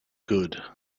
good